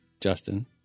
Justin